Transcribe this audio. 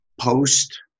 post